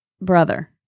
Brother